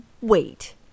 Wait